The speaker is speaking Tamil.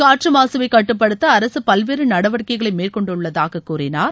காற்று மாசுவை கட்டுப்படுத்த அரசு பல்வேறு நடவடிக்கைகளை மேற்கொண்டுள்ளதாகக் கூறினார்